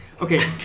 Okay